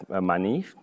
money